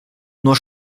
nur